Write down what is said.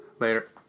Later